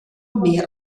mehr